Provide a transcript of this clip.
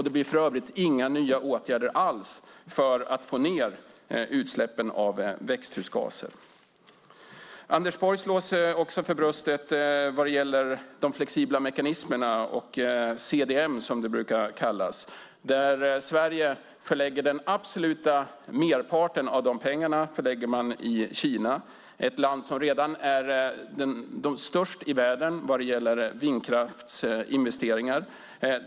Det blir för övrigt inga åtgärder alls för att få ned utsläppen av växthusgaser. Anders Borg slår sig också för bröstet vad gäller de flexibla mekanismerna och CDM, som det brukar kallas, där Sverige förlägger den absoluta merparten av pengarna i Kina - det land som redan är störst i världen vad gäller vindkraftsinvesteringar.